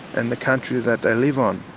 and the country that they live on.